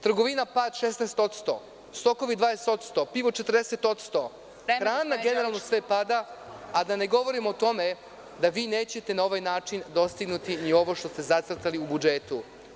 Trgovina, pad 16%, sokovi 20%, pivo 40%, hrana, a da ne govorim o tome da vi nećete na ovaj način dostignuti ni ovo što ste zacrtali u budžetu.